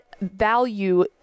value